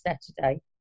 Saturday